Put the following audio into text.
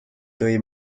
tõi